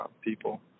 people